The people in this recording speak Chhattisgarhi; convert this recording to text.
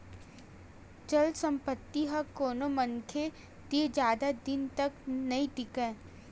चल संपत्ति ह कोनो मनखे तीर जादा दिन तक नइ टीकय